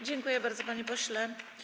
Dziękuję bardzo, panie pośle.